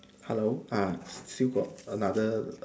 hello ah still got another